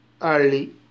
early